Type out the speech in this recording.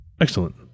excellent